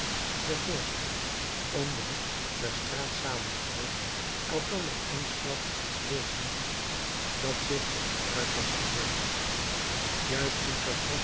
der voorstad om den hoek der straat samengehoopt elkander eensklaps iets wezen dat zich in den kruitdamp bewoog juist toen